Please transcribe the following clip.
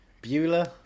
Beulah